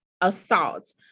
assault